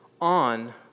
on